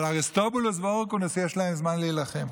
אבל אריסטובולוס והורקנוס, יש להם זמן להילחם.